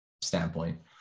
standpoint